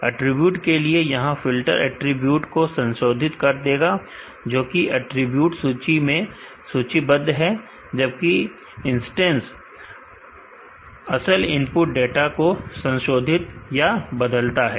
attribute के लिए यह फिल्टर अटरीब्यूट को संशोधित कर देगा जोकि अटरीब्यूट सूची में सूचीबद्ध है जबकि इंस्टेंस असल इनपुट डाटा को संशोधित या बदलता है